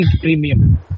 Premium